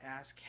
ask